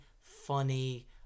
funny